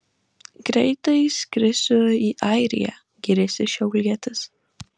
greitai skrisiu į airiją gyrėsi šiaulietis